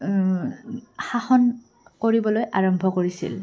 শাসন কৰিবলৈ আৰম্ভ কৰিছিল